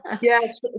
Yes